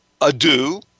adieu